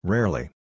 Rarely